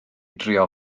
drio